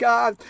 God